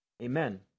Amen